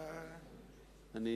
אני